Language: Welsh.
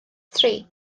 tri